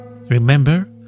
Remember